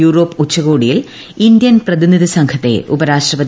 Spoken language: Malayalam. യൂറോപ്പ് ഉച്ചകോടിയിൽ ഇന്ത്യൻ പ്രതിനിധി സംഘത്തെ ഉപരാഷ്ട്രപതി എം